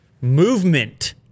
movement